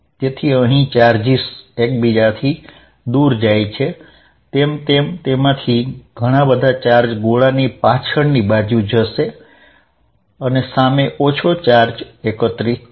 તેથી અહીં ચાર્જિસ એકબીજાથી દુર જાય છે તેમ તેમ તેમાંથી ઘણા બધા ચાર્જ ગોળાની પાછળની બાજુ જશે અને સામે ઓછો ચાર્જ એકત્રીત થશે